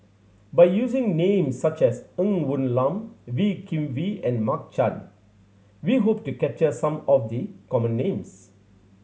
by using names such as Ng Woon Lam Wee Kim Wee and Mark Chan we hope to capture some of the common names